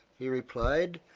he replied.